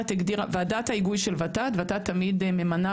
ועדת ההיגוי של ות"ת ות"ת תמיד ממנה